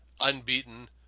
unbeaten